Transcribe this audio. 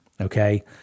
Okay